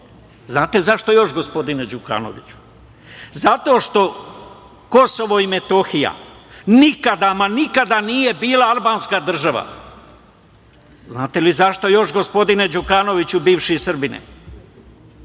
zašto još, gospodine Đukanoviću? Zato što KiM nikada, ama nikada nije bila albanska država. Znate li zašto još, gospodine Đukanoviću, bivši Srbine?